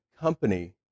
company